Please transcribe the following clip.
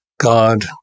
god